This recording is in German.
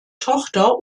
tochter